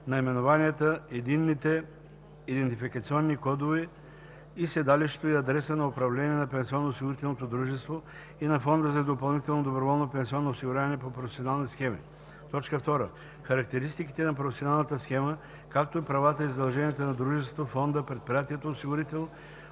наименованията, единните идентификационни кодове и седалището и адреса на управление на пенсионноосигурителното дружество и на фонда за допълнително доброволно пенсионно осигуряване по професионални схеми; 2. характеристиките на професионалната схема, както и правата и задълженията на дружеството, фонда, предприятието осигурител,